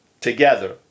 together